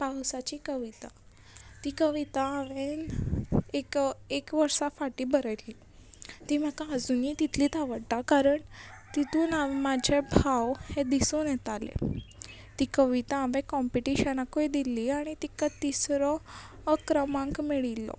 पावसाची कविता ती कविता हांवेंन एक एक वर्सा फाटीं बरयल्ली ती म्हाका अजुनी तितलीच आवडटा कारण तितून हां म्हाजें भाव हें दिसोन येताले ती कविता हांवें कंम्पिटिशनाकूय दिल्ली आनी तिका तिसरो हो क्रमांक मेळिल्लो